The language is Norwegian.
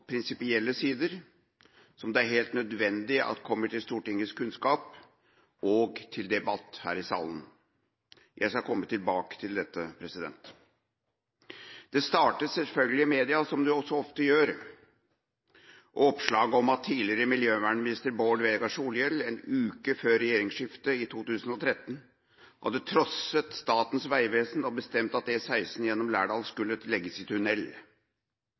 prinsipielle sider, som det er helt nødvendig at Stortinget får kunnskap om, og som kan debatteres her i salen. Jeg skal komme tilbake til dette. Det startet selvfølgelig i media – som det så ofte gjør – med oppslag om at tidligere miljøvernminister Bård Vegar Solhjell en uke før regjeringsskiftet i 2013 hadde trosset Statens vegvesen og bestemt at E16 gjennom Lærdal skulle legges i